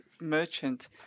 merchant